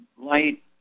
light